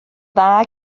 dda